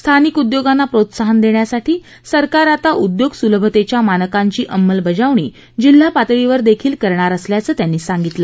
स्थानिक उद्योगांना प्रोत्साहन देण्यासाठी सरकार आता उद्योग सुलभतेच्या मानकांची अंमलबजावणी जिल्हापातळीवर देखील करणार असल्याचं त्यांनी यावेळी सांगितलं